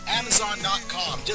amazon.com